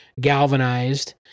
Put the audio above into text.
galvanized